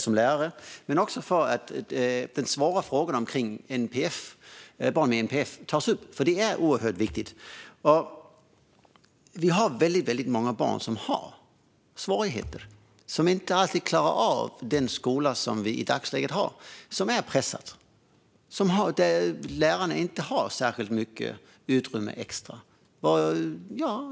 Det var också bra att den svåra frågan om barn med NPF togs upp, för den är oerhört viktig. Många barn har svårigheter och klarar inte alltid av den skola som vi i dagsläget har. Läget är pressat, och lärarna har inte särskilt mycket extra utrymme.